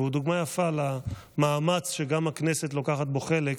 והוא דוגמה יפה למאמץ שגם הכנסת לוקחת בו חלק,